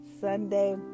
Sunday